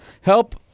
help